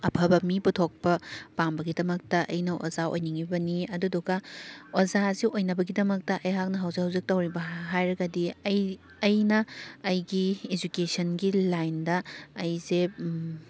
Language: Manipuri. ꯑꯐꯕ ꯃꯤ ꯄꯨꯊꯣꯛꯄ ꯄꯥꯝꯕꯒꯤꯗꯃꯛꯇ ꯑꯩꯅ ꯑꯣꯖꯥ ꯑꯣꯏꯅꯤꯡꯉꯤꯕꯅꯤ ꯑꯗꯨꯗꯨꯒ ꯑꯣꯖꯥꯁꯤ ꯑꯣꯏꯅꯕꯒꯤꯗꯃꯛꯇ ꯑꯩꯍꯥꯛꯅ ꯍꯧꯖꯤꯛ ꯍꯧꯖꯤꯛ ꯇꯧꯔꯤꯕ ꯍꯥꯏꯔꯒꯗꯤ ꯑꯩ ꯑꯩꯅ ꯑꯩꯒꯤ ꯏꯖꯨꯀꯦꯁꯟꯒꯤ ꯂꯥꯏꯟꯗ ꯑꯩꯁꯦ